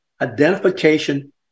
identification